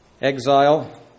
Exile